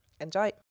Enjoy